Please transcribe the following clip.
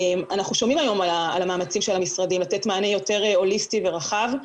אנחנו שומעים היום על המאמצים של המשרדים לתת מענה יותר הוליסטי ורחב,